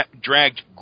dragged